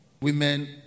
women